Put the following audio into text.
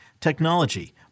technology